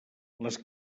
les